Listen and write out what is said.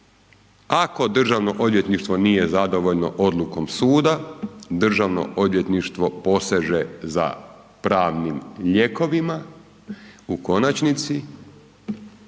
Ako Državno odvjetništvo nije zadovoljno odlukom suda, Državno odvjetništvo poseže za pravnim lijekovima u konačnici,